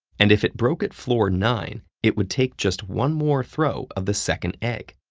and if it broke at floor nine, it would take just one more throw of the second egg.